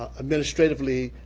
administratively